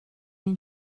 این